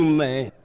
man